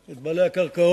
את בעלי הקרקעות,